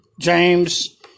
James